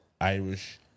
Irish